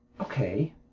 okay